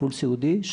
טיפול סיעודי,